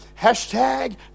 Hashtag